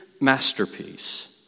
masterpiece